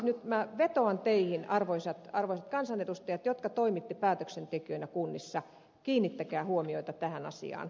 nyt minä vetoan teihin arvoisat kansanedustajat jotka toimitte päätöksentekijöinä kunnissa kiinnittäkää huomiota tähän asiaan